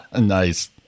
nice